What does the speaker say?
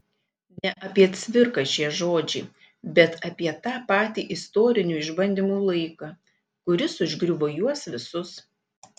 ne apie cvirką šie žodžiai bet apie tą patį istorinių išbandymų laiką kuris užgriuvo juos visus